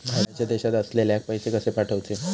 बाहेरच्या देशात असलेल्याक पैसे कसे पाठवचे?